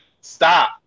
stop